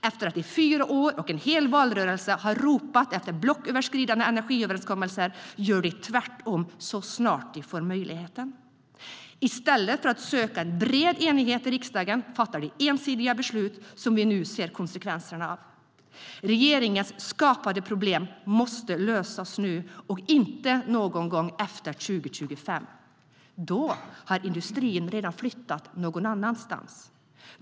Efter att de i fyra år och en hel valrörelse har ropat efter blocköverskridande energiöverenskommelser gör de tvärtom så snart de får möjlighet. I stället för att söka en bred enighet i riksdagen fattar de ensidiga beslut som vi nu ser konsekvenserna av. Regeringens skapade problem måste lösas nu och inte någon gång efter 2025. Då har industrin redan flyttat någon annanstans.